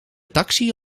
taxi